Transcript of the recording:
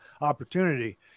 opportunity